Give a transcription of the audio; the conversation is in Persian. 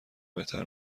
بهتر